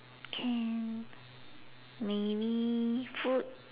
can maybe food